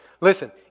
Listen